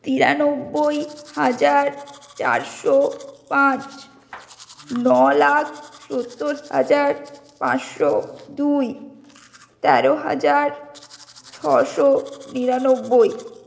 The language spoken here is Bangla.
তিরানব্বই হাজার চারশো পাঁচ ন লাখ সত্তর হাজার পাঁচশো দুই তেরো হাজার ছশো নিরানব্বই